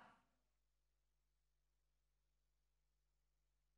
אין מתנגדים,